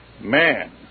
man